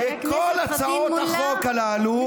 כל הצעות החוק הללו,